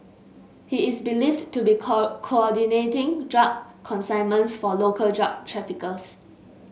he is believed to be co coordinating drug consignments for local drug traffickers